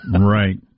Right